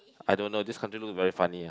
I don't know just this country look very funny lah